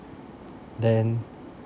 then